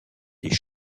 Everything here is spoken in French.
des